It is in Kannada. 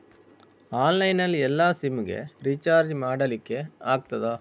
ಆನ್ಲೈನ್ ನಲ್ಲಿ ಎಲ್ಲಾ ಸಿಮ್ ಗೆ ರಿಚಾರ್ಜ್ ಮಾಡಲಿಕ್ಕೆ ಆಗ್ತದಾ?